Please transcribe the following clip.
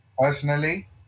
Personally